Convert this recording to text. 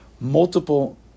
multiple